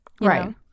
right